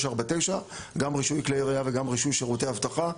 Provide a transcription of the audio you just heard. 549 - גם רישוי כלי ירייה וגם רישוי שירותי אבטחה.